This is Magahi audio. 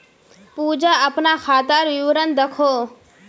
पूजा अपना खातार विवरण दखोह